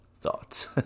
thoughts